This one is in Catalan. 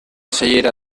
cellera